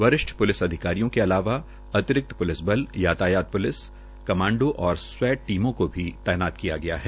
वरिष्ठ पुलिस अधिकारियों के अलावा अतिरिक्त प्लिस बल यातायात प्लिसकर्मी कमांडो और स्वैट टीमों को भी तैनात किया गया है